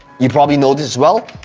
you probably know this well,